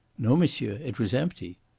no, monsieur it was empty.